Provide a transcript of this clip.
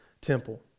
temple